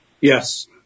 Yes